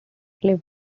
lived